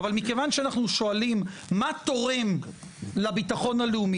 אבל מכיוון שאנחנו שואלים מה תורם לביטחון הלאומי